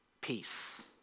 peace